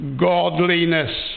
godliness